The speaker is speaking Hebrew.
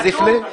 אז לפני.